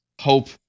Hope